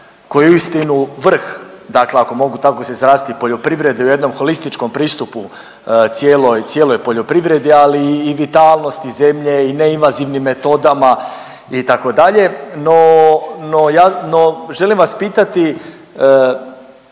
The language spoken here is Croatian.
koji je uistinu vrh dakle ako mogu tako se izraziti poljoprivrede u jednom holističkom pristupu cijeloj, cijeloj poljoprivredi, ali i vitalnosti zemlje i neinvazivnim metodama itd., no, no ja, no želim vas pitati